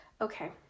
Okay